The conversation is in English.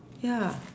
ya